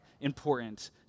important